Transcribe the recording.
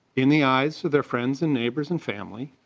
in the eyes of their friends and neighbors and families